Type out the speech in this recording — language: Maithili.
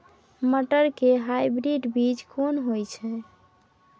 मटर के हाइब्रिड बीज कोन होय है?